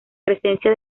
presencia